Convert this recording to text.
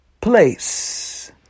place